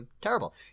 terrible